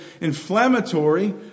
inflammatory